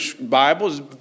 Bibles